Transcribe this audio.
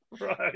Right